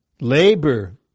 labor